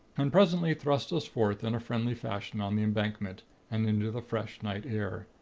and presently thrust us forth in friendly fashion on the embankment and into the fresh night air.